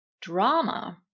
drama